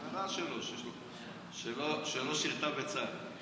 חברה שלו, שלא שירתה בצה"ל.